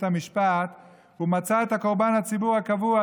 המשפט הוא מצא את קורבן הציבור הקבוע,